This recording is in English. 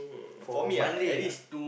for monthly lah